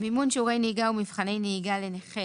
מימון שיעורי נהיגה ומבחני נהיגה לנכה